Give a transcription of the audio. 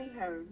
home